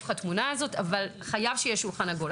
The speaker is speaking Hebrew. אבל חייב להיות שולחן עגול.